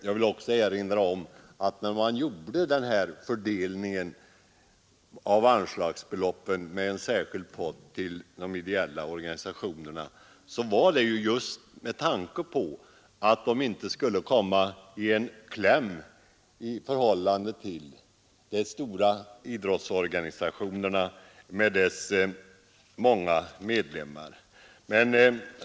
Jag vill också erinra om att fördelningen av anslagsbeloppet, med en särskild pott till de ideella organisationerna, skedde med tanke på att dessa inte skulle komma i kläm i förhållande till de stora idrottsorganisationerna med deras många medlemmar.